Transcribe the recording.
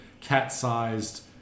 cat-sized